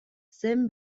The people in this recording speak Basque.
zen